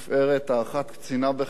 האחת קצינה בחיל האוויר,